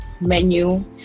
menu